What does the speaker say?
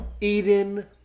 Eden